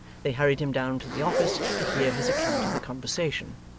they hurried him down to the office to hear his account of the conversation.